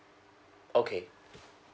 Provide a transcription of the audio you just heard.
okay